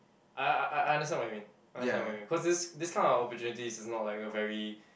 I I I I understand what you mean I understand what you mean because this this kind of opportunity is not like a very